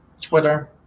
Twitter